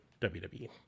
WWE